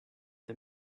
the